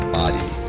body